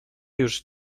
już